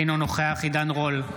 אינו נוכח עידן רול,